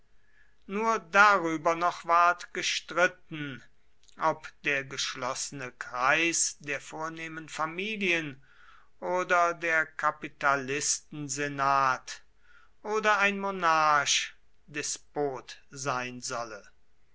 nur darüber noch ward gestritten ob der geschlossene kreis der vornehmen familien oder der kapitalistensenat oder ein monarch despot sein solle